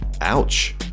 Ouch